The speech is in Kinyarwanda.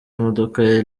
imodoka